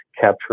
capture